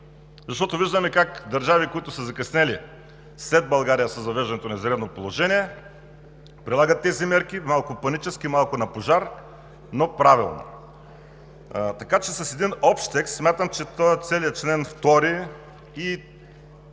защото виждаме как държави, които са закъснели след България с въвеждането на извънредно положение, прилагат тези мерки малко панически, малко на пожар, но правилно. Така че с един общ текст смятам, че целият чл. 2, мисля,